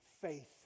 faith